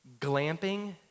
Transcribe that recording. glamping